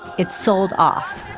it's sold off.